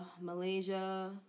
Malaysia